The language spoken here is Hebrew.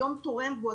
היום תורם,